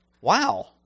Wow